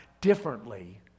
differently